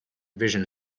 vision